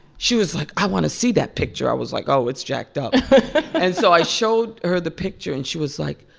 she was like, i want to see that picture. i was like, oh, it's jacked up and so i showed her the picture. and she was like,